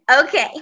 okay